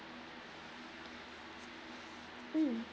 mm